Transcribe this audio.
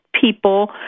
people